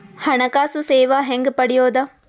ಹಣಕಾಸು ಸೇವಾ ಹೆಂಗ ಪಡಿಯೊದ?